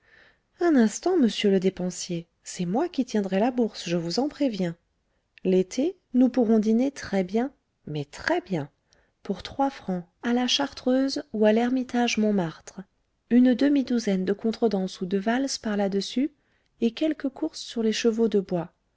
un instant monsieur le dépensier c'est moi qui tiendrai la bourse je vous en préviens l'été nous pourrons dîner très-bien mais très-bien pour trois francs à la chartreuse ou à l'ermitage montmartre une demi-douzaine de contredanses ou de valses par là-dessus et quelques courses sur les chevaux de bois